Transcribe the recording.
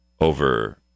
over